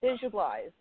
visualize